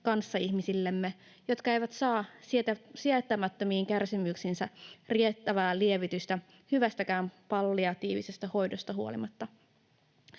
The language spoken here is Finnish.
kanssaihmisillemme, jotka eivät saa sietämättömiin kärsimyksiinsä riittävää lievitystä hyvästäkään palliatiivisesta hoidosta huolimatta.